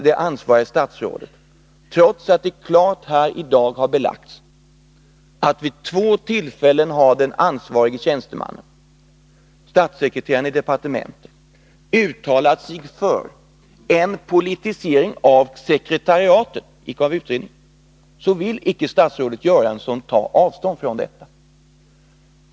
Det ansvariga statsrådet vill icke, trots att det här i dag klart har belagts att den ansvarige tjänstemannen, statssekreteraren i departementet, vid två tillfällen har uttalat sig för en politisering av sekretariatet — icke av utredningen — ta avstånd från detta.